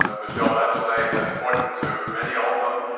ah michele bachelet has pointed to many of them,